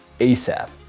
ASAP